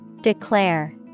Declare